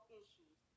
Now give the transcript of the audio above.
issues